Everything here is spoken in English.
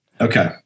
Okay